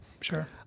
sure